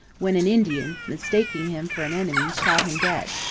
when an indian, mistaking him for an enemy, shot him dead.